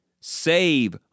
Save